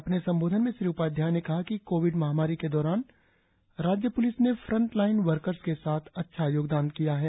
अपने संबोधन में श्री उपाध्याय ने कहा कि कोविड महामारी के दौरान राज्य पुलिस ने फ्रंट लाइन वर्कस के साथ अच्छा योगदान दिया है